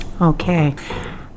okay